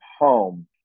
home